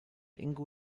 ingo